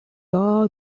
all